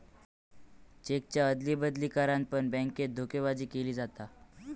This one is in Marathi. चेकच्या अदली बदली करान पण बॅन्केत धोकेबाजी केली जाता